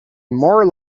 more